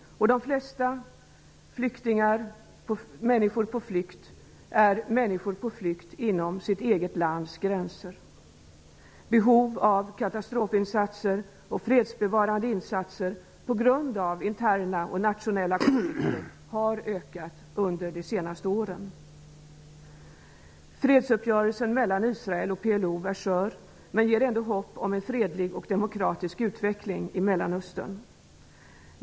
Men de flesta människor på flykt är människor på flykt inom sitt eget lands gränser. Behoven av katastrofinsatser och fredsbevarande insatser på grund av interna och nationella konflikter har ökat under de senaste åren. Fredsuppgörelsen mellan Israel och PLO är skör men ger ändå hopp om en fredlig och demokratisk utveckling i Mellanöstern.